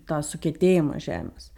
tą sukietėjimą žemės